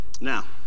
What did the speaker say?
Now